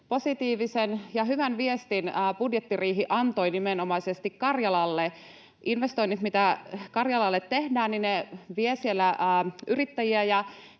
positiivisen ja hyvän viestin budjettiriihi antoi nimenomaisesti Karjalalle. Investoinnit, mitä Karjalalle tehdään, vievät siellä yrittäjiä